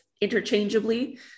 interchangeably